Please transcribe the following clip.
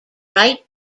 right